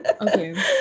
okay